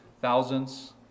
thousands